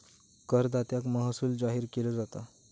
करदात्याक महसूल जाहीर केलो जाता